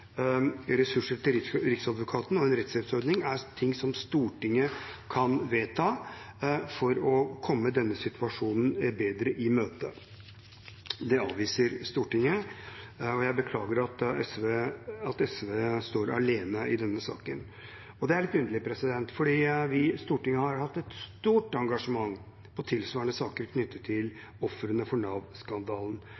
ressurser til Riksadvokaten og en rettshjelpsordning, er ting som Stortinget kan vedta for å komme denne situasjonen bedre i møte. Det avviser Stortinget, og jeg beklager at SV står alene i denne saken. Og det er litt underlig, for Stortinget har hatt et stort engasjement i tilsvarende saker knyttet til